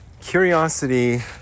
Curiosity